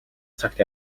цагт